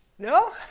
No